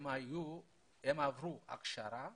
הם עברו הכשרה,